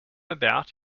about